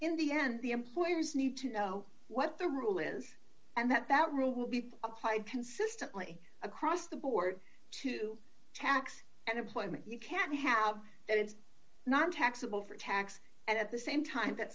in the end the employers need to know what the rule is and that that rule will be applied consistently across the board to tax and employment you can't have that it's not taxable for tax and at the same time that